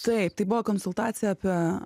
taip tai buvo konsultacija apie